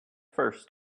first